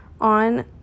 on